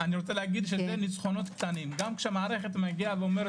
זה ניצחונות קטנים גם כשהמערכת אומרת: